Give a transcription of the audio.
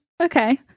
okay